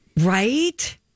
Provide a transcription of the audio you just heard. Right